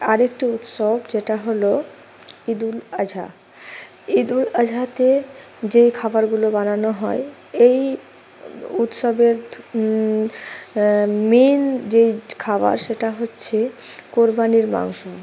আরেকটি উৎসব যেটা হলো ঈদুল আজহা ঈদুল আজহাতে যেই খাবারগুলো বানানো হয় এই উৎসবের মেন যেই খাবার সেটা হচ্ছে কোরবানির মাংস